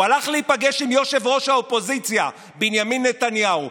הוא הלך להיפגש עם יושב-ראש האופוזיציה בנימין נתניהו.